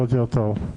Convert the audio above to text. בוקר טוב,